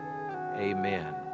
amen